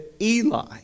Eli